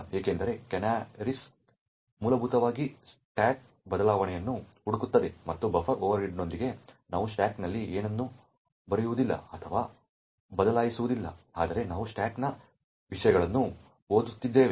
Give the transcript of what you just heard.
ಏಕೆಂದರೆ ಕ್ಯಾನರಿಗಳು ಮೂಲಭೂತವಾಗಿ ಸ್ಟಾಕ್ನಲ್ಲಿ ಬದಲಾವಣೆಗಳನ್ನು ಹುಡುಕುತ್ತವೆ ಮತ್ತು ಬಫರ್ ಓವರ್ರೀಡ್ನೊಂದಿಗೆ ನಾವು ಸ್ಟಾಕ್ನಲ್ಲಿ ಏನನ್ನೂ ಬರೆಯುವುದಿಲ್ಲ ಅಥವಾ ಬದಲಾಯಿಸುವುದಿಲ್ಲ ಆದರೆ ನಾವು ಸ್ಟಾಕ್ನ ವಿಷಯಗಳನ್ನು ಓದುತ್ತಿದ್ದೇವೆ